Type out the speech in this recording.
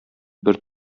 бер